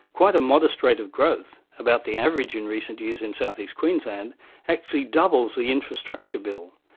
quite a modest rate of growth, about the average in recent years in south east queensland actually doubles the infrastructure bill.